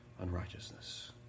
unrighteousness